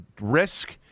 risk